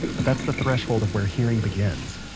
but that's the threshold of where hearing begins.